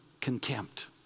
contempt